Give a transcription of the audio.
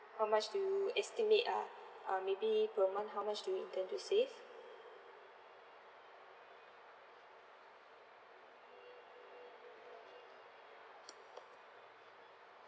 how much do you estimate ah uh maybe per month how much do you intend to save